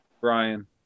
Brian